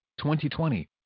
2020